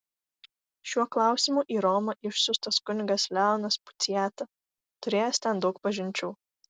šiuo klausimu į romą išsiųstas kunigas leonas puciata turėjęs ten daug pažinčių